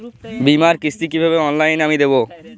বীমার কিস্তি কিভাবে অনলাইনে আমি দেবো?